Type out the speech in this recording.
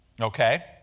okay